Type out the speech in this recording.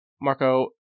Marco